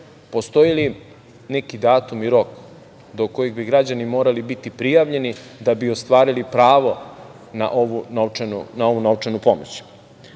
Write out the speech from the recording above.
Postoji li neki datum i rok do kojeg bi građani morali biti prijavljeni da bi ostvarili pravo na ovu novčanu pomoć? Ovim